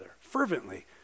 fervently